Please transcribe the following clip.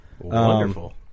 Wonderful